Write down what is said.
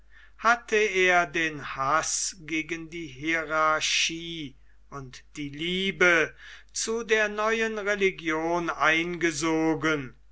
hatte er den haß gegen die hierarchie und die liebe zu der neuen religion eingesogen